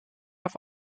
auf